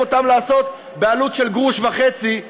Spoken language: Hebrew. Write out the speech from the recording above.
אותם לעשות בעלות של גרוש וחצי לאריזה.